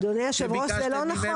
אדוני יושב הראש, זה לא נכון.